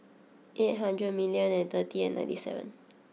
eight hundred million and thirty ninety seven